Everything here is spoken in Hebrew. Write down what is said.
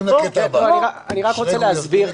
אני רק רוצה להסביר,